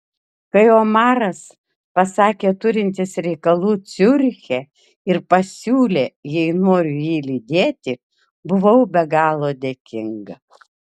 kai omaras pasakė turintis reikalų ciuriche ir pasiūlė jei noriu jį lydėti buvau be galo dėkinga